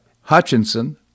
Hutchinson